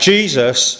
Jesus